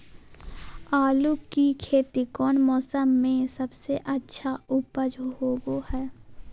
आलू की खेती कौन मौसम में सबसे अच्छा उपज होबो हय?